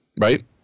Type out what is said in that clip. right